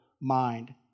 mind